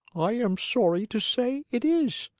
i am sorry to say it is.